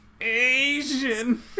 Asian